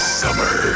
summer